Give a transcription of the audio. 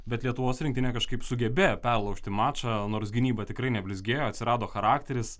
bet lietuvos rinktinė kažkaip sugebėjo perlaužti mačą nors gynyba tikrai neblizgėjo atsirado charakteris